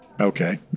Okay